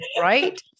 Right